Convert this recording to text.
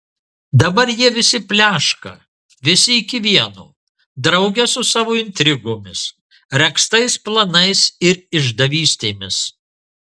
dabar jie visi pleška visi iki vieno drauge su savo intrigomis regztais planais ir išdavystėmis